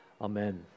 amen